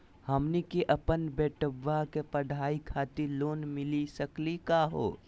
हमनी के अपन बेटवा के पढाई खातीर लोन मिली सकली का हो?